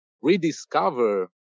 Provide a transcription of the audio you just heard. rediscover